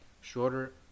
Shorter